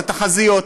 זה תחזיות.